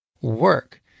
work